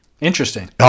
Interesting